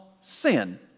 sin